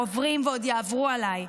עוברים ועוד יעברו עליי,